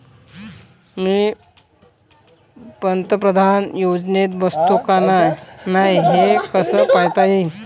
मी पंतप्रधान योजनेत बसतो का नाय, हे कस पायता येईन?